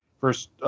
first